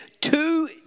two